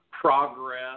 progress